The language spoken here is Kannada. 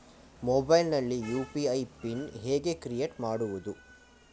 ಮೊಬೈಲ್ ನಲ್ಲಿ ಯು.ಪಿ.ಐ ಪಿನ್ ಹೇಗೆ ಕ್ರಿಯೇಟ್ ಮಾಡುವುದು?